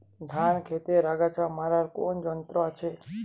ধান ক্ষেতের আগাছা মারার কোন যন্ত্র আছে?